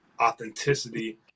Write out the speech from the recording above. authenticity